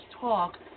talk